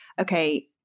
okay